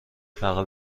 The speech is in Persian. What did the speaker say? فقط